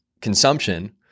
consumption